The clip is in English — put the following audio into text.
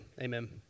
Amen